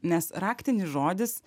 nes raktinis žodis